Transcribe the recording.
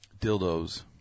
Dildos